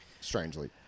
Strangely